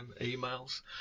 emails